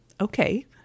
Okay